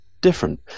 different